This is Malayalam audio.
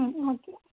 ആ ഓക്കേ